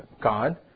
God